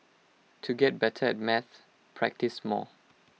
to get better at maths practise more